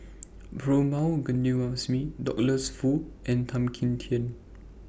Perumal Govindaswamy Douglas Foo and Tan Kim Tian